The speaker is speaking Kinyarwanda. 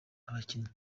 abakinnyi